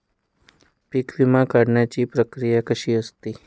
पीक विमा काढण्याची प्रक्रिया कशी असते?